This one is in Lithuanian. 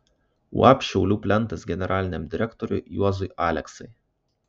uab šiaulių plentas generaliniam direktoriui juozui aleksai